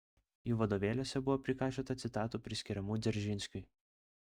jų vadovėliuose buvo prikaišiota citatų priskiriamų dzeržinskiui